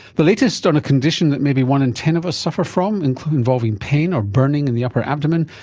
the latest on a condition that maybe one in ten of us suffer from, and involving pain or burning in the upper abdomen,